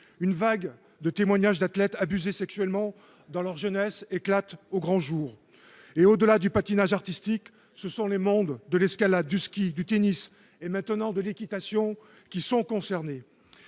une vague de témoignages d'athlètes abusés sexuellement dans leur jeunesse éclate au grand jour. Au-delà du patinage artistique, ce sont les mondes de l'escalade, du ski, du tennis et, maintenant, de l'équitation qui sont concernés,